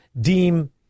deem